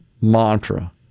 mantra